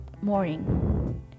morning